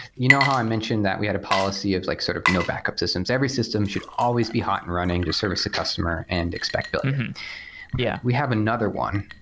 you know how i mentioned that we had a policy. it was like sort of no backup systems. every system should always be hot and running to service the customer and expect inaudible yeah, we have another one.